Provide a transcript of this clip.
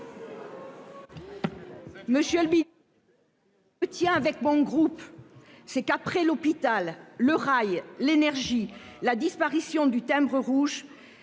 Monsieur le mythe.-- Le tien avec mon groupe, c'est qu'après l'hôpital. Le rail, l'énergie, la disparition du timbre rouge.